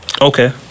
Okay